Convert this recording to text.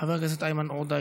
חבר הכנסת איימן עודה,